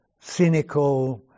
cynical